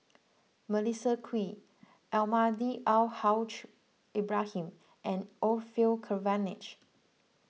Melissa Kwee Almahdi Al Haj Ibrahim and Orfeur Cavenagh